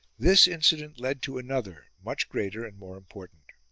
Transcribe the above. this incident led to another much greater and more important.